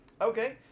okay